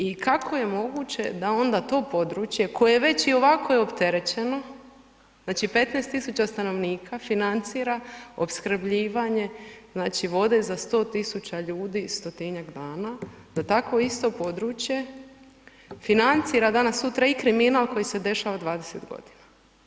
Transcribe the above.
I kako je moguće da onda to područje koje već i ovako je opterećeno, znači 15 tisuća stanovnika financira opskrbljivanje znači vode za 100 tisuća ljudi, stotinjak dana, da isto područje financira danas, sutra i kriminal koji se dešava 20 godina.